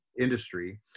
industry